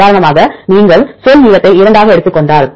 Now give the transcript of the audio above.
உதாரணமாக நீங்கள் சொல் நீளத்தை 2 ஆக எடுத்துக் கொண்டால்